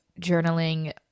journaling